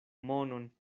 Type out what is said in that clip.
monon